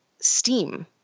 steam